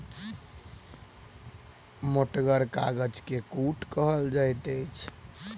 मोटगर कागज के कूट कहल जाइत अछि